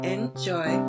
Enjoy